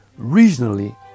regionally